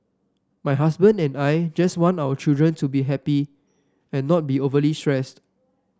my husband and I just want our children to be happy and not be overly stressed